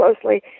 closely